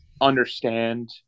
understand